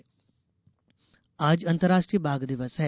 बाघ दिवस आज अंतर्राष्ट्रीय बाघ दिवस है